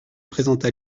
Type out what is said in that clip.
présenta